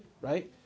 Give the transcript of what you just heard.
right